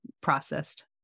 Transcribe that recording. processed